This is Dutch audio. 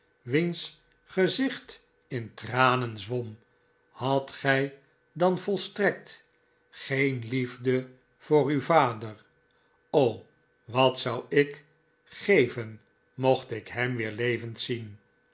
wiens gezicht in tranen zwom hadt gij dan volstrekt geen liefde voor uw vader wat zou ik geven mocht ik hem weer levend zien